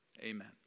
amen